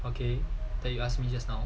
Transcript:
okay then you ask me just now